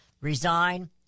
resign